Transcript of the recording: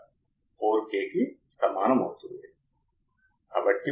కాబట్టి output voltage load విలువ ఎంత ఉన్నా అది వోల్టేజ్ ఫాలోవర్ కావచ్చు అది కూడా బఫర్ కావచ్చు